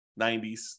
90s